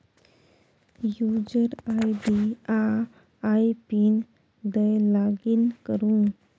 user ID आ I PIN दए login करु